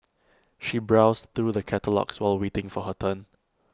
she browsed through the catalogues while waiting for her turn